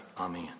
Amen